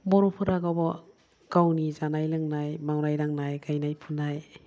बर'फोरा गावबा गावनि जानाय लोंनाय मावनाय दांनाय गायनाय फुनाय